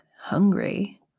hungry